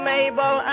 Mabel